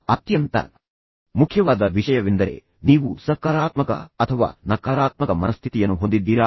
ಅತ್ಯಂತ ಮುಖ್ಯವಾದ ವಿಷಯವೆಂದರೆ ನೀವು ಸಕಾರಾತ್ಮಕ ಅಥವಾ ನಕಾರಾತ್ಮಕ ಮನಸ್ಥಿತಿಯನ್ನು ಹೊಂದಿದ್ದೀರಾ